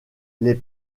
les